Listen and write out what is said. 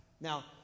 Now